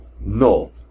no